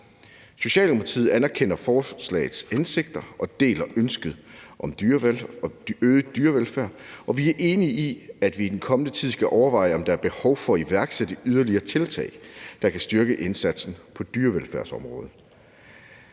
Socialdemokratiet anerkender forslagets hensigter og deler ønsket om øget dyrevelfærd, og vi er enige i, at vi i den kommende tid skal overveje, om der er behov for at iværksætte yderligere tiltag, der kan styrke indsatsen på dyrevelfærdsområdet.